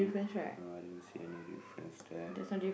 no I don't see any difference there